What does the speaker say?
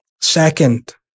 Second